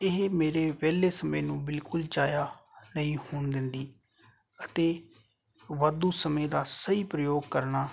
ਇਹ ਮੇਰੇ ਵਿਹਲੇ ਸਮੇਂ ਮੈਨੂੰ ਬਿਲਕੁਲ ਜਾਇਆ ਨਹੀਂ ਹੋਣ ਦਿੰਦੀ ਅਤੇ ਵਾਧੂ ਸਮੇਂ ਦਾ ਸਹੀ ਪ੍ਰਯੋਗ ਕਰਨਾ